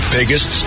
Biggest